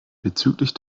bezüglich